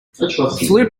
flute